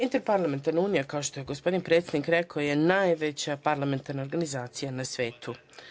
Interparlamentarna unija, kao što je gospodin predsednik rekao je najveća parlamentarna organizacija na svetu.